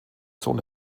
sohn